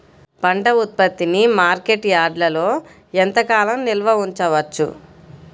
పంట ఉత్పత్తిని మార్కెట్ యార్డ్లలో ఎంతకాలం నిల్వ ఉంచవచ్చు?